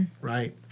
right